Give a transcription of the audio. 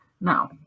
Now